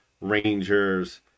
rangers